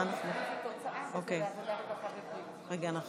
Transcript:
את הצעת חוק הגנה על